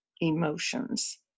emotions